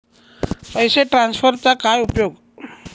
पैसे ट्रान्सफरचा काय उपयोग?